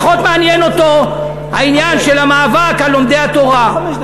פחות מעניין אותו העניין של המאבק על לומדי התורה.